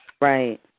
Right